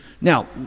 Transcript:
Now